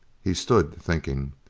he stood thinking.